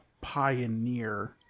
pioneer